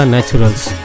Naturals